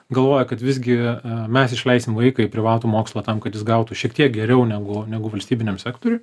galvoja kad visgi mes išleisim vaiką į privatų mokslą tam kad jis gautų šiek tiek geriau negu negu valstybiniam sektoriuj